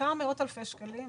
כמה מאות אלפי שקלים.